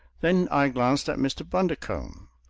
then i glanced at mr. bundercombe,